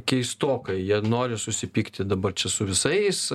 keistokai jie nori susipykti dabar čia su visais